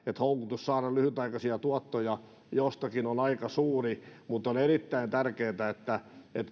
houkutus saada lyhytaikaisia tuottoja jostakin on aika suuri on erittäin tärkeätä että